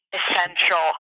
essential